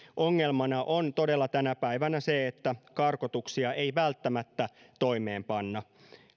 ongelmana on todella tänä päivänä se että karkotuksia ei välttämättä toimeenpanna